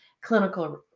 clinical